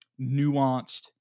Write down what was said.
nuanced